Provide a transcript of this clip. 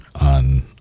on